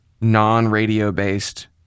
non-radio-based